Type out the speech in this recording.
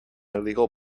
illegal